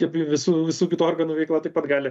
kaip ir visų visų kitų organų veikla taip pat gali